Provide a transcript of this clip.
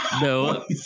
No